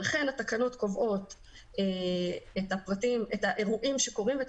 ולכן התקנות קובעות את האירועים שקורים ואת